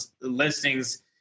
listings